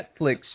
Netflix